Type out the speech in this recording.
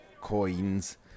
coins